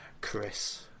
Chris